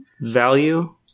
value